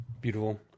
Beautiful